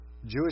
Jewish